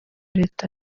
leta